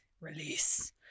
release